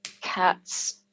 cats